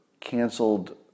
canceled